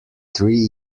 three